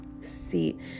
seat